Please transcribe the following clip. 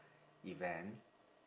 event